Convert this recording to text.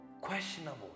questionable